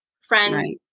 Friends